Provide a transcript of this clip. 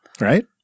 right